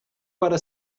para